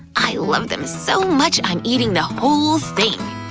i love them so much, i'm eating the whole thing!